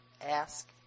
Ask